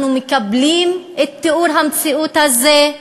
אנחנו מקבלים את תיאור המציאות הזה,